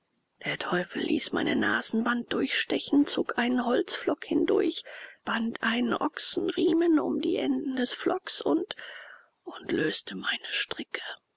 der teufel ließ meine nasenwand durchstechen zog einen holzplock hindurch band einen ochsenriemen um die enden des pflocks und und löste meine stricke